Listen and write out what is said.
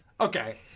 Okay